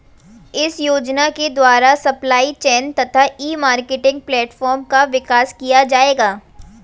इस योजना के द्वारा सप्लाई चेन तथा ई मार्केटिंग प्लेटफार्म का विकास किया जाएगा